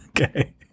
Okay